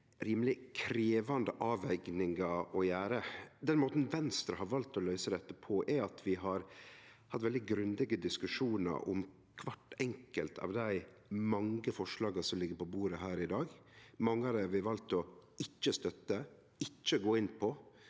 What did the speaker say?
rimeleg krevjande avvegingar å gjere. Den måten Venstre har valt å løyse det på, er at vi har hatt veldig grundige diskusjonar om kvart enkelt av dei mange forslaga som ligg på bordet her i dag. Mange av dei har vi valt ikkje å støtte, ikkje å gå inn på,